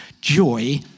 joy